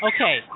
Okay